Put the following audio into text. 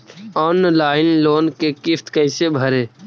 Online loan के किस्त कैसे भरे?